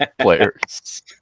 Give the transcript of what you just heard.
players